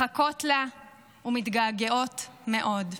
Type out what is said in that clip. מחכות לה ומתגעגעות מאוד.